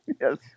Yes